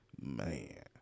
Man